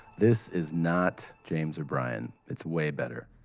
this is not james or brian, it's way better.